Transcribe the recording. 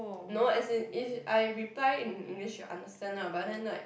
no as in if I reply in English she'll understand lah but then like